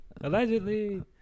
Allegedly